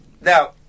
Now